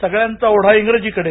सगळ्यांचा ओढा इंग्रजीकडे